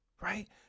right